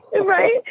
Right